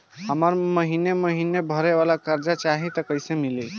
हमरा महिना महीना भरे वाला कर्जा चाही त कईसे मिली?